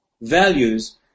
values